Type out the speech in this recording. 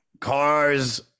cars